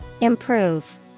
Improve